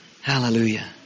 Hallelujah